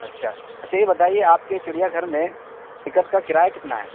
اچھا اچھا یہ بتائیے آپ کے چڑیا گھر میں ٹکٹ کا کرایہ کتنا ہے